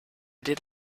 did